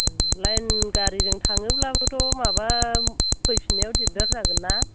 ओं लाइन गारिजों थाङोब्लाबोथ' माबा फैफिनायाव दिगदार जागोन ना